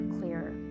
clearer